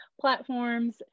platforms